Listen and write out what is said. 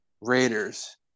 Raiders